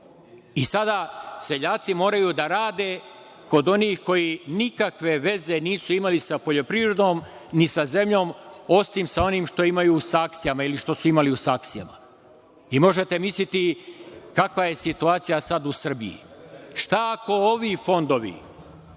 seljaci moraju da rade kod onih koji nikakve veze nisu imali sa poljoprivedom, ni sa zemljom, osim sa onim što imaju u saksijama, ili što su imali u saksijama. Možete misliti kakva je situacija sada u Srbiji. Šta ako ovi fondovi